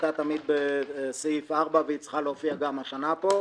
היתה תמיד בסעיף 4 והיא צריכה להופיע גם השנה פה,